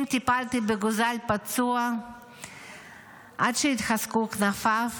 אם טיפלתי בגוזל פצוע עד שהתחזקו כנפיו,